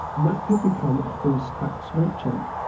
and that could become a full-stack smoke check.